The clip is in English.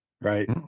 Right